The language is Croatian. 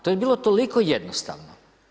To bi bilo toliko jednostavno.